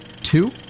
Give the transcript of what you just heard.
two